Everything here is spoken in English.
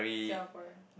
Singaporean